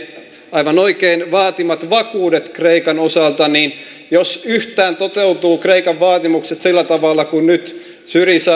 aivan oikein vaatimat vakuudetkin kreikan osalta jos yhtään toteutuvat kreikan vaatimukset sillä tavalla kuin nyt syriza